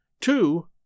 Two